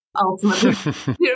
ultimately